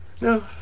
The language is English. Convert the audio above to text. no